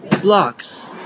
blocks